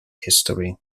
history